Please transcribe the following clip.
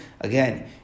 Again